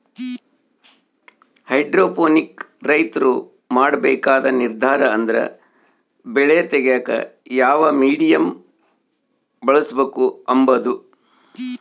hydroponic ರೈತ್ರು ಮಾಡ್ಬೇಕಾದ ನಿರ್ದಾರ ಅಂದ್ರ ಬೆಳೆ ತೆಗ್ಯೇಕ ಯಾವ ಮೀಡಿಯಮ್ ಬಳುಸ್ಬಕು ಅಂಬದು